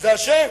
השם.